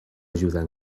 ajudar